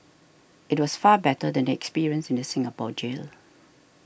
it was far better than the experience in the Singapore jail